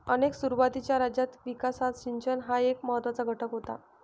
अनेक सुरुवातीच्या राज्यांच्या विकासात सिंचन हा एक महत्त्वाचा घटक होता